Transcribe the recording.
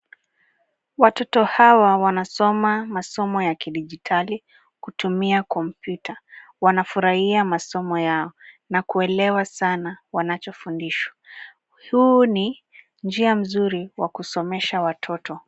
Watoto hawa wanasoma masomo ya kidijitali kutumia kompyuta. Wanafurahia masomo yao na kuelewa sana wanachofundishwa. Huu ni njia mzuri wa kusomesha watoto.